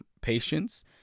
patience